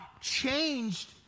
changed